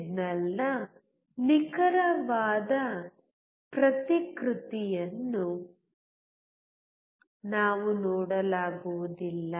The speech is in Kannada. ಸಿಗ್ನಲ್ನ ನಿಖರವಾದ ಪ್ರತಿಕೃತಿಯನ್ನು ನಾವು ನೋಡಲಾಗುವುದಿಲ್ಲ